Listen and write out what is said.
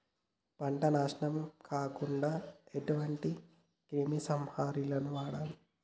పంట నాశనం కాకుండా ఎటువంటి క్రిమి సంహారిణిలు వాడాలి?